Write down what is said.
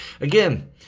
Again